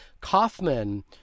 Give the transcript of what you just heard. Kaufman